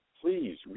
please